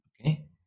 Okay